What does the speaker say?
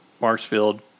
Marshfield